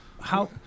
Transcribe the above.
how-